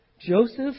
Joseph